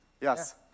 Yes